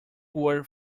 word